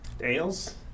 ales